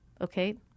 okay